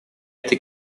этой